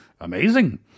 amazing